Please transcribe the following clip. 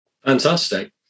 Fantastic